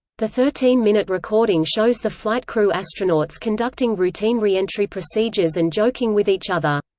the thirteen minute recording shows the flight crew astronauts conducting routine re-entry procedures and joking with each other.